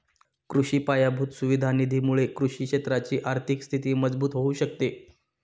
कृषि पायाभूत सुविधा निधी मुळे कृषि क्षेत्राची आर्थिक स्थिती मजबूत होऊ शकते